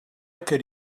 could